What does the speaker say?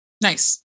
Nice